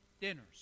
dinners